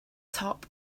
top